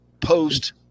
Post